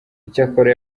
icyakora